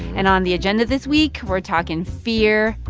and on the agenda this week, we're talking fear,